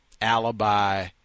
alibi